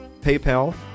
PayPal